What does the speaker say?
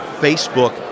facebook